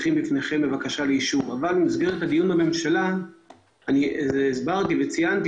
אבל במסגרת הדיון בממשלה הסברתי וציינתי